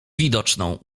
widoczną